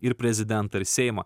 ir prezidentą ir seimą